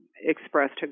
expressed